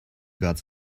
got